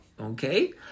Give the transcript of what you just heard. Okay